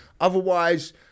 otherwise